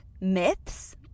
myths